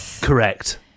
Correct